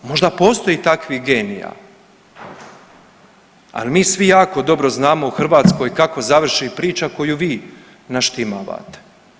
Možda postoje takvih genija, ali mi svi jako dobro znamo u Hrvatskoj kako završi priča koju vi naštimavate.